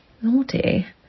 naughty